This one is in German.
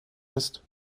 ist